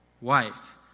wife